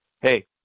hey